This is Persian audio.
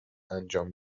انجام